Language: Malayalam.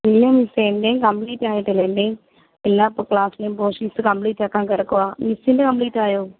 ഇല്ല മിസ്സേ എൻറെയും കംപ്ലീറ്റ് ആയിട്ടില്ല എൻറെയും എല്ലാ ക്ലാസിലെയും പോഷൻസ് കംപ്ലീറ്റ് ആക്കാൻ കിടക്കുവാണ് മിസ്സിൻ്റെ കംപ്ലീറ്റ് ആയോ